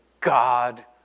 God